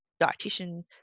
dietitian